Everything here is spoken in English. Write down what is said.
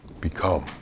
Become